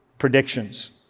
predictions